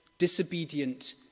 disobedient